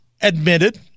admitted